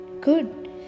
good